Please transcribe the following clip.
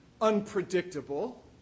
unpredictable